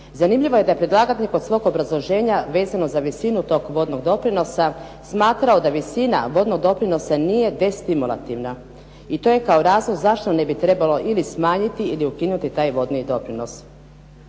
Zanimljivo je da predlagatelj kod svog obrazloženja vezano za visinu tog vodnog doprinosa smatrao da visina vodnog doprinosa nije destimulativna, i to je kao razlog zašto ne bi trebalo ili smanjiti ili ukinuti taj vodni doprinos.